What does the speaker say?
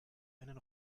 einen